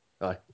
Aye